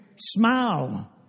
Smile